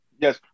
Yes